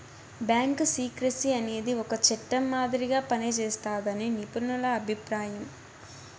bank secrecy అనేది ఒక చట్టం మాదిరిగా పనిజేస్తాదని నిపుణుల అభిప్రాయం